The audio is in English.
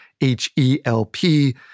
H-E-L-P